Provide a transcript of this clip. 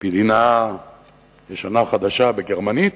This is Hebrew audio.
מדינה ישנה-חדשה בגרמנית,